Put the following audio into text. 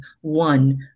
one